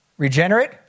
Regenerate